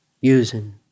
using